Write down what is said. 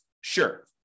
Sure